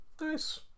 Nice